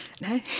No